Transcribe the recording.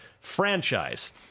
franchise